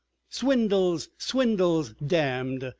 swindells! swindells, damned!